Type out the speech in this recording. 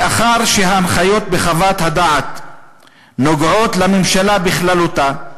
מאחר שההנחיות בחוות הדעת נוגעות לממשלה בכללותה,